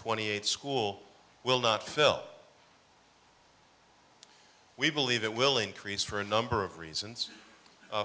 twenty eight school will not fill we believe it will increase for a number of reasons